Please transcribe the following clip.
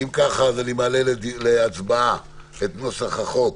אם ככה, אני מעלה להצבעה את נוסח החוק,